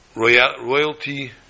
royalty